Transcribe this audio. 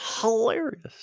hilarious